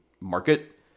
market